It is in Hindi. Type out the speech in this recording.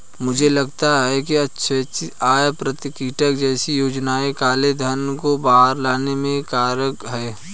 मुझे लगता है कि स्वैच्छिक आय प्रकटीकरण जैसी योजनाएं काले धन को बाहर लाने में कारगर हैं